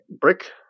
Brick